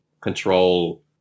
control